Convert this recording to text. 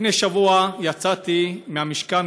לפני שבוע יצאתי מהמשכן,